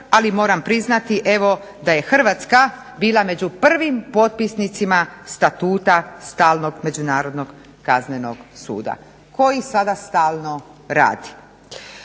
ali moram priznati evo da je Hrvatska bila među prvim potpisnicima statuta stalnog međunarodnog kaznenog suda koji sada stalno radi.